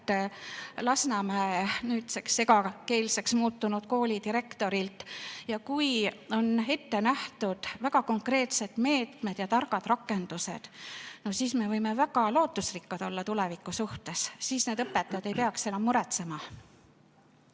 ühelt Lasnamäe nüüdseks segakeelseks muutunud kooli direktorilt. Ja kui on ette nähtud väga konkreetsed meetmed ja targad rakendused, siis me võime väga lootusrikkad olla tuleviku suhtes, siis need õpetajad ei peaks enam muretsema.